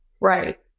Right